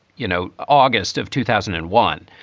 you know, august of two thousand and one.